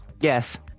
Yes